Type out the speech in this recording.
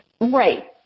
Right